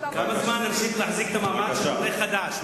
כמה זמן נמשיך להחזיק את המעמד של עולה חדש?